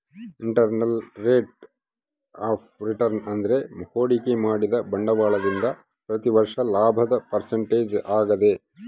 internal rate of return ಅಂದ್ರೆ ಹೂಡಿಕೆ ಮಾಡಿದ ಬಂಡವಾಳದಿಂದ ಪ್ರತಿ ವರ್ಷ ಲಾಭದ ಪರ್ಸೆಂಟೇಜ್ ಆಗದ